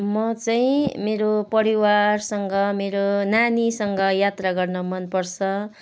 म चाहिँ मेरो परिवारसँग मेरो नानीसँग यात्रा गर्नु मनपर्छ